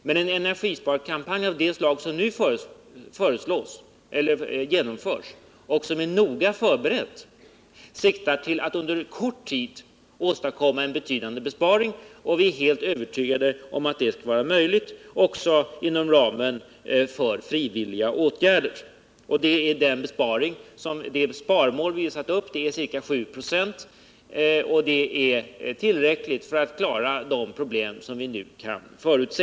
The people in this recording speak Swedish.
Men en energisparkampanj av det slag som nu genomförs och som är noga förberedd siktar till att under kort tid åstadkomma en betydande besparing. Vi är helt övertygade om att detta kommer att vara möjligt inom ramen för frivilliga åtgärder. Sparmålet 7 ". är också tillräckligt för att klara de problem som vi nu kan förutse.